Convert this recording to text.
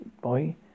boy